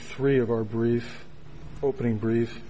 three of our brief opening brief